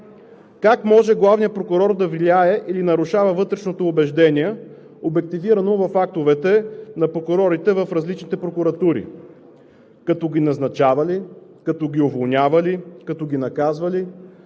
как може главният прокурор да влияе или нарушава вътрешното убеждение, обективирано в актовете на прокурорите в различните прокуратури – като ги назначава ли, като ги уволнява ли, като ги наказва ли?